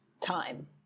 time